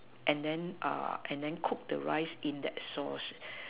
and then uh and then cook the rice in that sauce